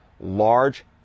large